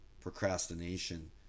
procrastination